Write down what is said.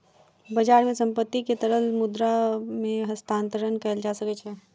बजार मे संपत्ति के तरल मुद्रा मे हस्तांतरण कयल जा सकै छै